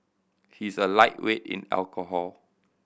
he is a lightweight in alcohol